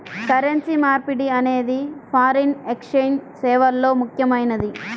currency మార్పిడి అనేది foreign exchange సేవల్లో ముఖ్యమైనది